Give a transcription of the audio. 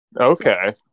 Okay